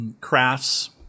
crafts